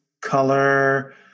color